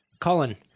Colin